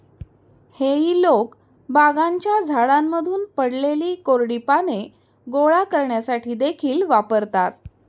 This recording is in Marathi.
हेई लोक बागांच्या झाडांमधून पडलेली कोरडी पाने गोळा करण्यासाठी देखील वापरतात